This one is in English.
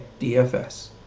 DFS